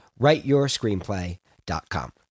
writeyourscreenplay.com